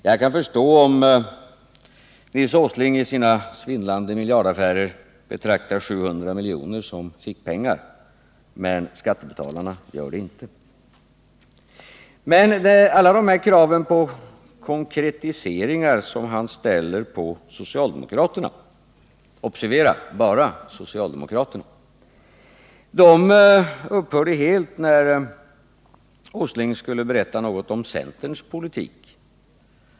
Jag kan förstå om Nils Åsling i sina svindlande miljardaffärer betraktar 700 miljoner som fickpengar, men skattebetalarna gör det inte. Men alla de krav på konkretiseringar som han ställer på socialdemokraterna — observera bara på socialdemokraterna — upphörde helt när Nils Åsling skulle berätta något om centerns politik.